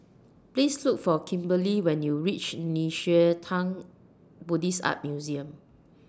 Please Look For Kimberely when YOU REACH Nei Xue Tang Buddhist Art Museum